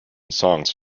songs